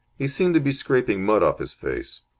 he seemed to be scraping mud off his face.